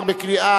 נתקבל.